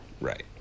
Right